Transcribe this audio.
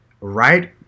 right